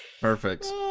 Perfect